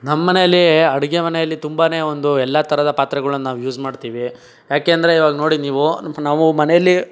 ನಮ್ಮನೇಲಿ ಅಡುಗೆ ಮನೆಯಲ್ಲಿ ತುಂಬಾ ಒಂದು ಎಲ್ಲ ಥರದ ಪಾತ್ರೆಗಳನ್ನ ನಾವು ಯೂಸ್ ಮಾಡ್ತೀವಿ ಯಾಕೆಂದರೆ ಈವಾಗ ನೋಡಿ ನೀವು ನಾವು ಮನೆಯಲ್ಲಿ